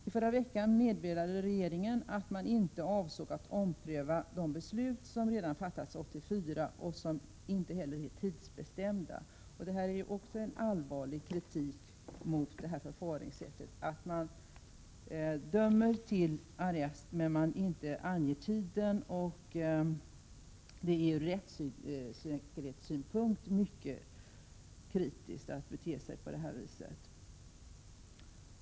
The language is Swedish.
I förra veckan meddelade regeringen att man inte avsåg att ompröva de beslut som redan hade fattats 1984 och som inte heller är tidsbestämda. Här går det att rikta allvarlig kritik mot förfaringssättet att man dömer till kommunarrest men inte anger någon tid. Det är ur rättssäkerhetssynpunkt mycket tvivelaktigt att bete sig så.